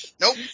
Nope